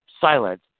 silent